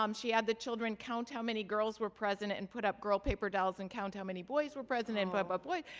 um she had the children count how many girls were present and put up girl paper dolls and count how many boys were present and put up a boy.